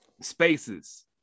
spaces